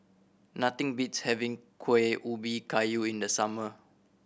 nothing beats having Kuih Ubi Kayu in the summer